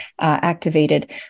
activated